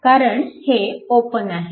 कारण हे ओपन आहे